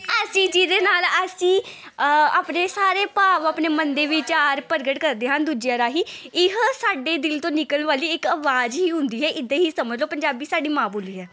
ਅਸੀਂ ਜਿਹਦੇ ਨਾਲ ਅਸੀਂ ਆਪਣੇ ਸਾਰੇ ਭਾਵ ਆਪਣੇ ਮਨ ਦੇ ਵਿਚਾਰ ਪ੍ਰਗਟ ਕਰਦੇ ਹਨ ਦੂਜਿਆਂ ਰਾਹੀਂ ਇਹ ਸਾਡੇ ਦਿਲ ਤੋਂ ਨਿਕਲਣ ਵਾਲੀ ਇੱਕ ਆਵਾਜ਼ ਹੀ ਹੁੰਦੀ ਹੈ ਇੱਦਾਂ ਹੀ ਸਮਝ ਲਓ ਪੰਜਾਬੀ ਸਾਡੀ ਮਾਂ ਬੋਲੀ ਹੈ